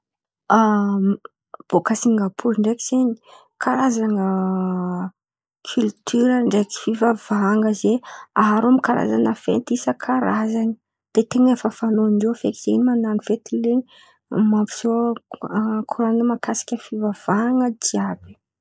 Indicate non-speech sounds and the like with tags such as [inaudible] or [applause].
A [hesitation] boàka Singapor ndraiky zen̈y. Karazan̈a koltiora ndraiky fivavahan̈a zen̈y aharô am-karazan̈a fety isan-karazany. De ten̈a fanao ndrô feky zen̈y man̈ano fety zen̈y, mampiseho karazan̈a mahakasiky fivavahan̈a jiàby.